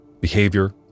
behavior